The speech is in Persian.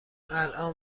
الآن